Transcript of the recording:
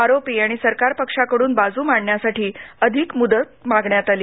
आरोपी आणि सरकारपक्षाकडून बाजू मांडण्यासाठी अधिक मुदत मागण्यात आली